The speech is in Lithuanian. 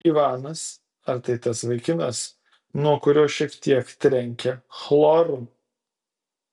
ivanas ar tai tas vaikinas nuo kurio šiek tiek trenkia chloru